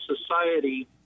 society